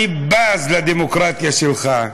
אני בז לדמוקרטיה שלך,